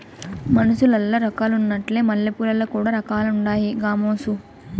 మనుసులల్ల రకాలున్నట్లే మల్లెపూలల్ల కూడా రకాలుండాయి గామోసు